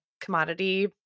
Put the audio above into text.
commodity